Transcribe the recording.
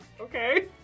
okay